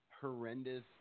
horrendous